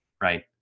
right